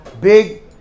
big